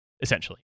Essentially